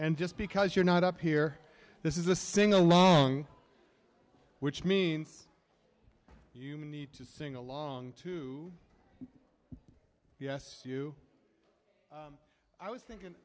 and just because you're not up here this is a sing along which means you need to sing along to us you i was thinking